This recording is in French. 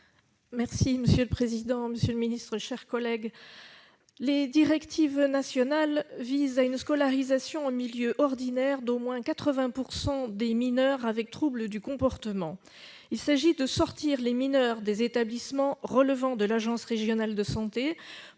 du Premier ministre, chargée des personnes handicapées. Les directives nationales visent à une scolarisation en milieu ordinaire d'au moins 80 % des mineurs avec troubles du comportement. Il s'agit de sortir les mineurs des établissements relevant de l'agence régionale de santé